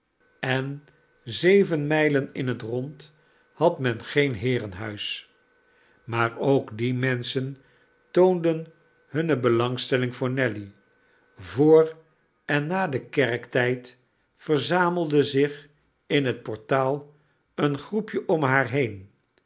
en zeven mijlen in het rond had men geen heerenhuis maar ook die menschen toonden hunne belangstelling voor nelly voor en na den kerktijd verzamelde zich in het portaal een groepje om haar heen